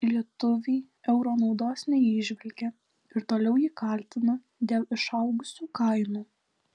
lietuviai euro naudos neįžvelgia ir toliau jį kaltina dėl išaugusių kainų